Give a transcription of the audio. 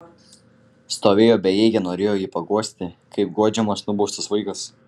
stovėjo bejėgė norėjo jį paguosti kaip guodžiamas nubaustas vaikas